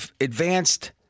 advanced